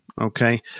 Okay